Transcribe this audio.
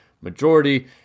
majority